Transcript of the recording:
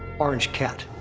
orange cat.